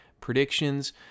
predictions